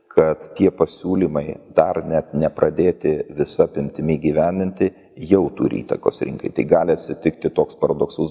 kad tie pasiūlymai dar net nepradėti visa apimtimi įgyvendinti jau turi įtakos rinkai tai gali atsitikti toks paradoksus